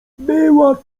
była